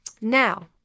Now